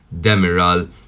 Demiral